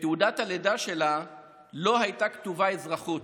בתעודת הלידה שלה לא הייתה כתובה אזרחות.